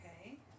okay